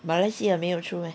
马来西亚没有出 meh